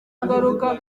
ngaruka